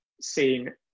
seen